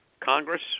Congress